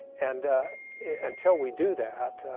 and until we do that,